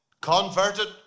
converted